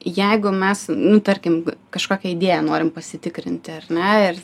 jeigu mes nu tarkim kažkokią idėją norim pasitikrinti ar ne ir